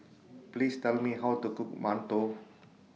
Please Tell Me How to Cook mantou